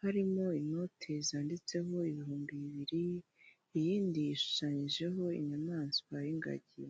harimo inote zanditseho ibihumbi bibiri iyidi ishushanyijeho inyamanswa y'ingagi.